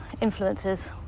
influences